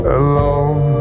alone